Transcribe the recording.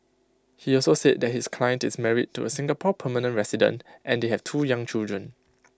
he also said that his client is married to A Singapore permanent resident and they have two young children